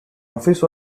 office